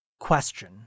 Question